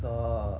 the